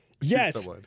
yes